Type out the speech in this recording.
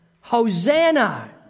Hosanna